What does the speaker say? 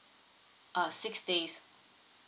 uh six days